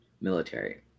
military